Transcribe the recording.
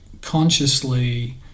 consciously